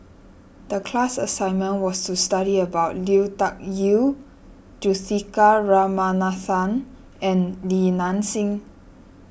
the class assignment was to study about Lui Tuck Yew Juthika Ramanathan and Li Nanxing